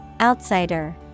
Outsider